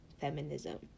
feminism